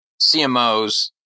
CMOs